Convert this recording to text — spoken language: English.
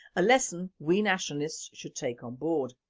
a lesson we nationalist should take on board.